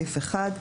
בסעיף 1,